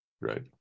right